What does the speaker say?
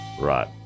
right